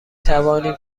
توانیم